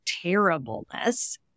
terribleness